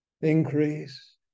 increase